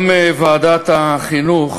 גם ועדת החינוך,